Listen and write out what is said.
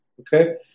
Okay